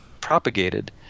propagated